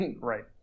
Right